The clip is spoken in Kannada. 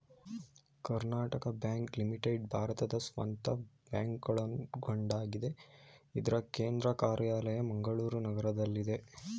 ಕರ್ನಾಟಕ ಬ್ಯಾಂಕ್ ಲಿಮಿಟೆಡ್ ಭಾರತದ ಸ್ವಂತ ಬ್ಯಾಂಕ್ಗಳಲ್ಲೊಂದಾಗಿದೆ ಇದ್ರ ಕೇಂದ್ರ ಕಾರ್ಯಾಲಯ ಮಂಗಳೂರು ನಗರದಲ್ಲಿದೆ